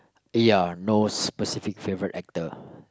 ya no specific favourite actor